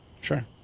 sure